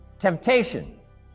Temptations